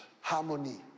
harmony